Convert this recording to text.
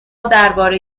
درباره